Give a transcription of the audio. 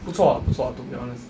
不错 ah 不错 to be honest